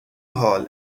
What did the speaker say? hall